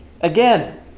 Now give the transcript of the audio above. Again